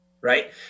right